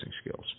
skills